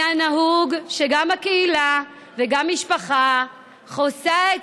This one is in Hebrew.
היה נהוג שגם הקהילה וגם המשפחה פורסות את